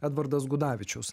edvardas gudavičius